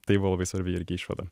tai va labai svarbi irgi išvada